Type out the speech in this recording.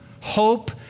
hope